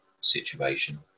situation